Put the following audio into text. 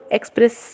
Express